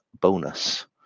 bonus